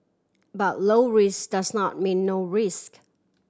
but low risk does not mean no risk